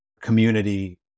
community